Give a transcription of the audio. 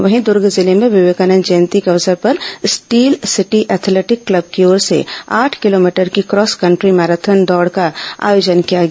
वहीं दूर्गे जिले में विवेकानंद जयंती के अवसर पर स्टील सिटी एथलेटिक क्लब की ओर से आठ किलोमीटर की क्रॉस कन्ट्री मैराथन दौड़ का आयोजन किया गया